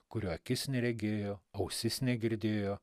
kurio akis neregėjo ausis negirdėjo